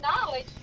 knowledge